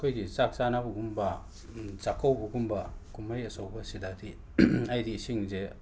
ꯑꯩꯈꯣꯏꯒꯤ ꯆꯥꯛ ꯆꯥꯅꯕꯒꯨꯝꯕ ꯆꯥꯛꯀꯧꯕꯒꯨꯝꯕ ꯀꯨꯝꯍꯩ ꯑꯆꯧꯕꯁꯤꯗꯗꯤ ꯑꯩꯗꯤ ꯏꯁꯤꯡꯁꯦ